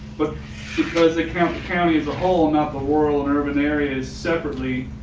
but because the count county as a whole amount the world and urban areas separately,